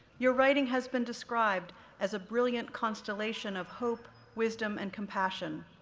your writing has been described as a brilliant constellation of hope, wisdom, and compassion,